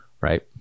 Right